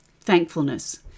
thankfulness